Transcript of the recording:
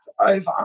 over